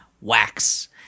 Wax